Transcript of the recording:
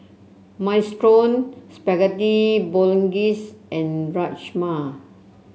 Minestrone Spaghetti Bolognese and Rajma